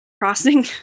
crossing